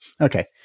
okay